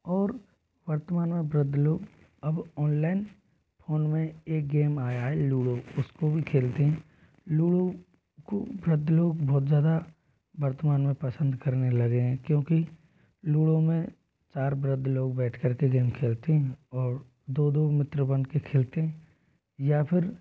और वर्तमान में वृद्ध लोग अब ऑनलाइन फोन में एक गेम आया है लूडो उसको भी खेलते हैं लूडो को वृद्ध लोग बहुत ज़्यादा वर्तमान में पसंद करने लगे हैं क्योंकि लूडो में चार वृद्ध लोग बैठ कर के गेम हैं और दो दो मित्र बनके खेलते हैं या फिर